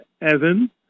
Evan